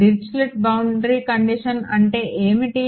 Dirichlet boundary condition అంటే ఏమిటి